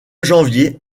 janvier